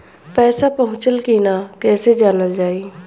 पैसा पहुचल की न कैसे जानल जाइ?